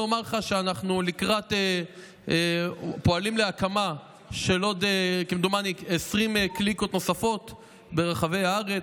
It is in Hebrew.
אנחנו פועלים להקמה של כ-20 קליקות נוספות ברחבי הארץ,